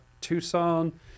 Tucson